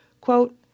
Quote